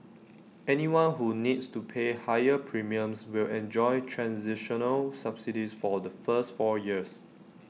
anyone who needs to pay higher premiums will enjoy transitional subsidies for the first four years